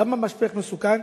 למה משפך מסוכן?